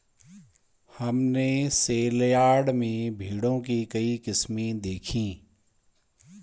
हमने सेलयार्ड में भेड़ों की कई किस्में देखीं